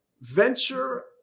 venture